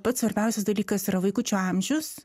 pats svarbiausias dalykas yra vaikučio amžius